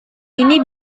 ini